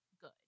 good